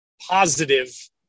positive